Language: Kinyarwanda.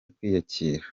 kwiyakira